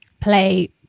play